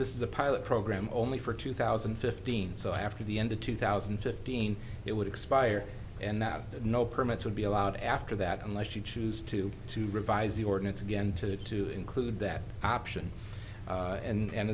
this is a pilot program only for two thousand and fifteen so after the end of two thousand and fifteen it would expire and that no permits would be allowed after that unless she choose to to revise the ordinance again to include that option and a